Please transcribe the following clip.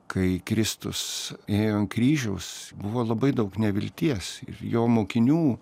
kai kristus ėjo ant kryžiaus buvo labai daug nevilties ir jo mokinių